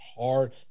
hard